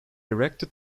erected